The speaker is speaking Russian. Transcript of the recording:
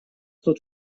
тут